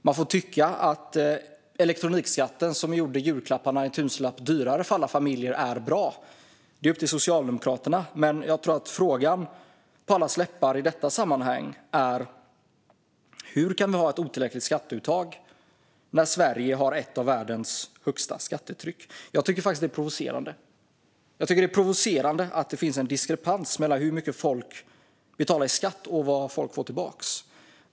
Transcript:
Man får tycka att elektronikskatten, som gjorde julklapparna en tusenlapp dyrare för alla barnfamiljer, är bra - det är upp till Socialdemokraterna. Jag tror dock att frågan på allas läppar i detta sammanhang är: Hur kan vi ha ett otillräckligt skatteuttag när Sverige har ett av världens högsta skattetryck? Jag tycker faktiskt att det är provocerande att det finns en diskrepans mellan hur mycket folk betalar i skatt och vad folk får tillbaka.